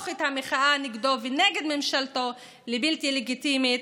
את המחאה נגדו ונגד ממשלתו לבלתי לגיטימית,